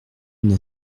une